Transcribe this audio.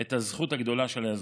את הזכות הגדולה של האזרחים.